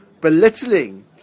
belittling